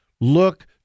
look